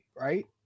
right